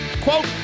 quote